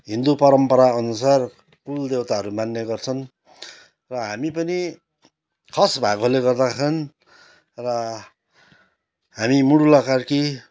हिन्दू परम्पराअनुसार कुलदेउताहरू मान्ने गर्छन् र हामी पनि खस भएकोले गर्दाखेरि र हामी मुडुला कार्की